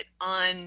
on